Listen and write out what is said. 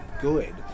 good